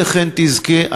היא אכן תזכה.